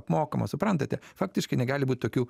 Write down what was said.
apmokamas suprantate faktiškai negali būt tokių